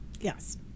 Yes